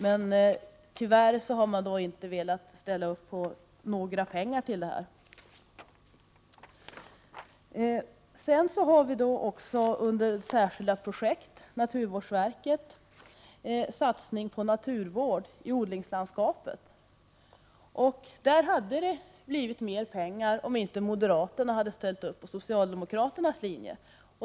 Men tyvärr har de inte velat ställa upp på några pengar till detta projekt. Vi har vidare särskilda projekt och naturvårdsverket. Där vill vi satsa på naturvård i odlingslandskapet. Det hade blivit mera pengar om inte moderaterna hade ställt upp på socialdemokraternas linje.